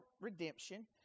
redemption